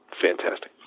fantastic